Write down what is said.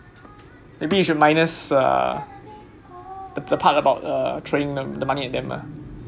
maybe you should minus uh the part about uh throwing the money at them lah